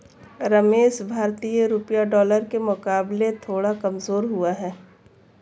रमेश भारतीय रुपया डॉलर के मुकाबले थोड़ा कमजोर हुआ है